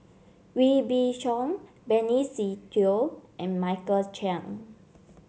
Wee Beng Chong Benny Se Teo and Michael Chiang